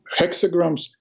hexagrams